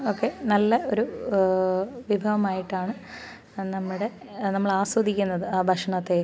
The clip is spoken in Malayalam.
ഒക്കെ നല്ല ഒരു വിഭവമായിട്ടാണ് നമ്മുടെ നമ്മൾ ആസ്വദിക്കുന്നത് ആ ഭക്ഷണത്തെ